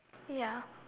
ya